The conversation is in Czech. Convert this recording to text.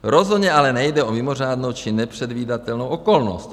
Rozhodně ale nejde o mimořádnou či nepředvídatelnou okolnost.